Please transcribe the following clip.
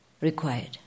required